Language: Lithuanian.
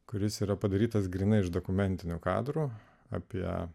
kuris yra padarytas grynai iš dokumentinio kadro apie